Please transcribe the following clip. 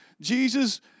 Jesus